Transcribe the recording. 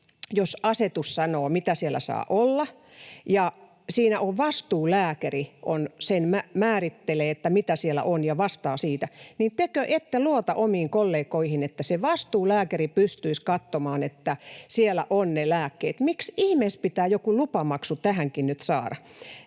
Jos asetus sanoo, mitä siellä saa olla, ja siinä vastuulääkäri sen määrittelee, mitä siellä on, ja vastaa siitä, niin tekö ette luota omiin kollegoihinne, että se vastuulääkäri pystyisi katsomaan, että siellä on ne lääkkeet? Miksi ihmeessä pitää joku lupamaksu tähänkin nyt saada,